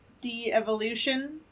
de-evolution